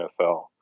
NFL